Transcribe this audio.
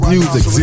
Music